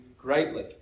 greatly